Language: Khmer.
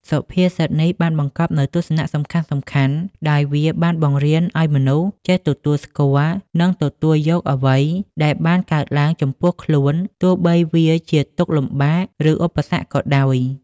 សុភាសិតនេះបានបង្កប់នូវទស្សនៈសំខាន់ៗ ដោយវាបានបង្រៀនឱ្យមនុស្សចេះទទួលស្គាល់ និងទទួលយកនូវអ្វីដែលបានកើតឡើងចំពោះខ្លួន ទោះបីវាជាទុក្ខលំបាក ឬឧបសគ្គក៏ដោយ។